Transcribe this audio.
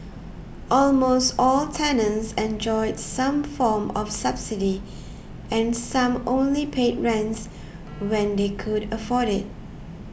almost all tenants enjoyed some form of subsidy and some only paid rents when they could afford it